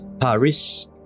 Paris